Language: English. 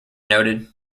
noted